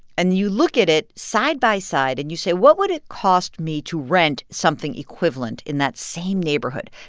and you look at it side by side. and you say, what would it cost me to rent something equivalent in that same neighborhood?